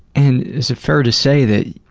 and is it fair to say that,